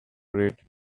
read